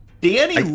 Danny